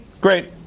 great